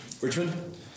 Richmond